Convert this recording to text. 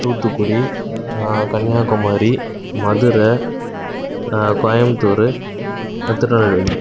Thoothukudi Kanyakumari Madurai Coimbatore Tirunelveli